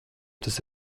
tas